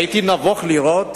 והייתי נבוך לראות